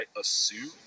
assume